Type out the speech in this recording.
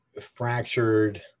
fractured